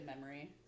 memory